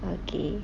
okay